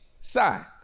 sign